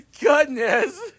Goodness